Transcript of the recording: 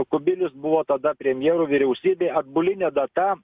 kubilius buvo tada premjeru vyriausybė atbuline data